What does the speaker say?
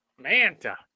Manta